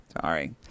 Sorry